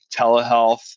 telehealth